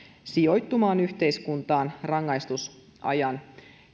sijoittumaan yhteiskuntaan rangaistusajan